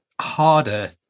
harder